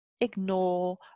ignore